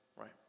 right